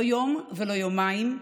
לא יום ולא יומיים.